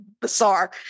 bizarre